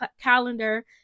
calendar